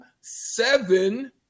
seven